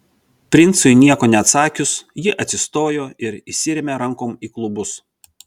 princui nieko neatsakius ji atsistojo ir įsirėmė rankom į klubus